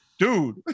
Dude